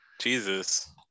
Jesus